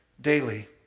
daily